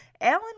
Alan